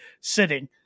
sitting